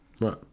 right